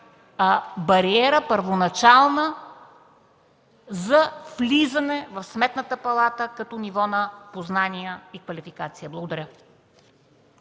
бариера за влизане в Сметната палата като ниво на познания и квалификация. Благодаря